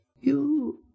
You